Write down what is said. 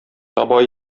таба